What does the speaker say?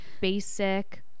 basic